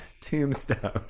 Tombstone